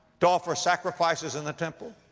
to offer sacrifices in the temple.